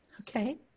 Okay